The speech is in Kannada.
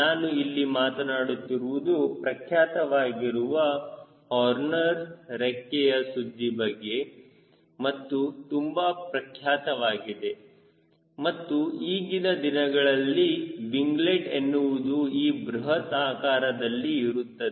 ನಾನು ಇಲ್ಲಿ ಮಾತನಾಡುತ್ತಿರುವುದು ಪ್ರಖ್ಯಾತವಾಗಿರುವ ಹೋರ್ನರ್ ರೆಕ್ಕೆಯ ಸುದ್ದಿ ಬಗ್ಗೆ ಇದು ತುಂಬಾ ಪ್ರಖ್ಯಾತವಾಗಿದೆ ಮತ್ತು ಈಗಿನ ದಿನಗಳಲ್ಲಿ ವಿಂಗ್ಲೆಟ್ ಎನ್ನುವುದು ಈ ಬೃಹತ್ ಆಕಾರದಲ್ಲಿ ಇರುತ್ತದೆ